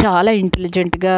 చాలా ఇంటిలిజెంట్గా